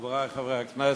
תודה, חברי חברי הכנסת,